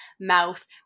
mouth